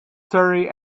surrey